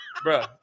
Bro